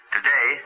Today